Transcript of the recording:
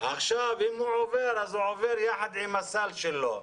עכשיו, אם הוא עובר, הוא עובר יחד עם הסל שלו.